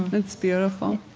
it's beautiful